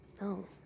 No